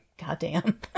Goddamn